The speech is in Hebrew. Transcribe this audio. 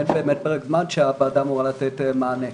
אין באמת פרק זמן שבו הוועדה אמורה לתת מענה,